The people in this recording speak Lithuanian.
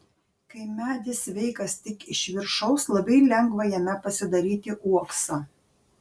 kai medis sveikas tik iš viršaus labai lengva jame pasidaryti uoksą